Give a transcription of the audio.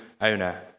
owner